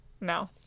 No